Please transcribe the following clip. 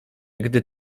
gdy